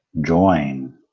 join